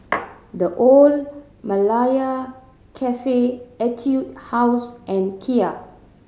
The Old Malaya Cafe Etude House and Kia